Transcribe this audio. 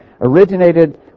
originated